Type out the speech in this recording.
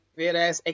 whereas